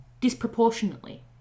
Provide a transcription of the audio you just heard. disproportionately